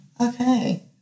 Okay